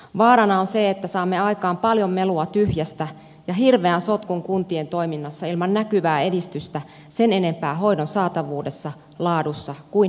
vaarana on se että saamme aikaan paljon melua tyhjästä ja hirveän sotkun kuntien toiminnassa ilman näkyvää edistystä sen enempää hoidon saatavuudessa laadussa kuin hintalapussakaan